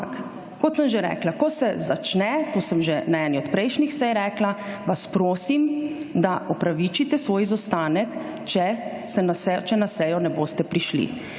sej rekla, vas prosim, da opravičite svoj izostanek, če na sejo ne boste prišli.